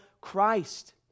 Christ